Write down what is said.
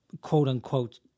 quote-unquote